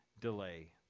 delay